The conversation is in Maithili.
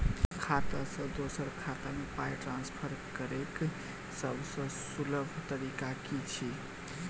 खाता सँ दोसर खाता मे पाई ट्रान्सफर करैक सभसँ सुलभ तरीका की छी?